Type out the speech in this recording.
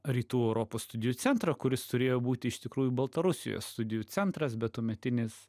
rytų europos studijų centrą kuris turėjo būti iš tikrųjų baltarusijos studijų centras bet tuometinis